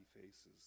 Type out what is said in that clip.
faces